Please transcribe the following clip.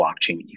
blockchain